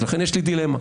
לכן יש לי דילמה,